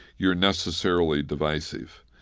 you're necessarily divisive.